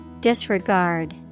Disregard